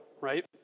right